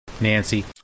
Nancy